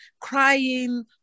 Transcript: crying